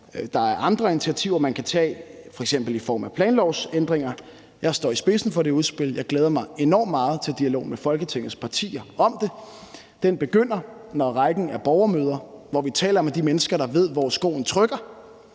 der er andre initiativer, man kan tage, f.eks. i form af planlovsændringer. Jeg står i spidsen for det udspil, og jeg glæder mig enormt meget til dialog med Folketingets partier om det, og den begynder, når rækken af borgermøder, hvor vi taler med de mennesker, der ved, hvor skoen trykker,